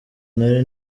nari